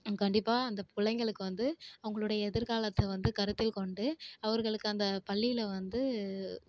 கண்டிப்பாக அந்த பிள்ளைங்களுக்கு வந்து அவங்களுடைய எதிர்காலத்தை வந்து கருத்தில் கொண்டு அவர்களுக்கு அந்த பள்ளியில் வந்து